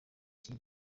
iki